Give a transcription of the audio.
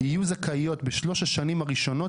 יהיו זכאיות בשלוש השנים הראשונות